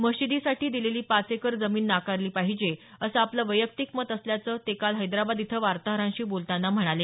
मशिदीसाठी दिलेली पाच एकर जमिन नाकारली पाहिजे असं आपलं वैयक्तिक मत असल्याचं ते काल हैदराबाद इथं वार्ताहरांशी बोलताना म्हणाले